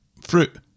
Fruit